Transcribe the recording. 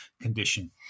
condition